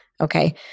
Okay